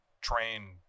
train